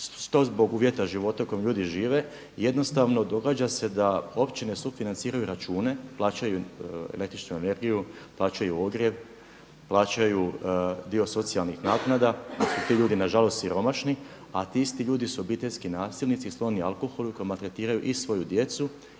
zbog uvjeta života u kojem ljudi žive. Jednostavno događa se da općine sufinanciraju račune, plaćaju električnu energiju, plaćaju ogrjev, plaćaju dio socijalnih naknada jer su ti ljudi na žalost siromašni. A ti isti ljudi su obiteljski nasilnici i skloni alkoholu, koji maltretiraju i svoju djecu